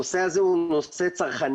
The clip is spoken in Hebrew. הנושא הזה הוא נושא צרכני,